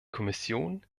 kommission